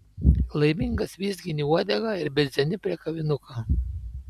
laimingas vizgini uodegą ir bidzeni prie kavinuko